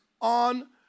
on